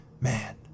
man